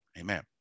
Amen